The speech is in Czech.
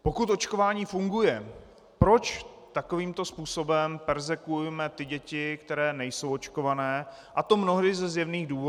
Pokud očkování funguje, proč takovýmto způsobem perzekvujeme ty děti, které nejsou očkované, a to mnohdy ze zjevných důvodů.